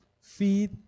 feed